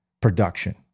production